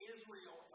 Israel